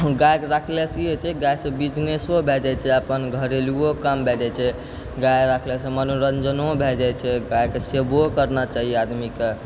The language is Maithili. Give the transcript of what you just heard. गाय कऽ रखलासँ ई होइछै गायसँ बिजनेसो भए जाइ छै अपन घरेलूवो काम भए जाइ छै गाय राखलासँ मनोरञ्जनो भए जाइ छै गायके सेवो करना चाही आदमीके